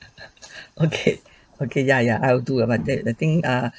okay okay ya ya I'll do about it the thing ah